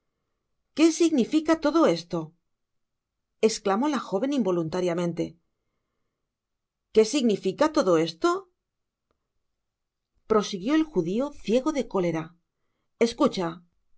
qué significa todo esto esclamó la jo ven involuntariamente qué significa todo esto prosiguió el judio ciego de eule ra escucha